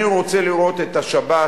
אני רוצה לראות את השבת,